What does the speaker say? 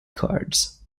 cards